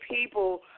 people